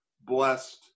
blessed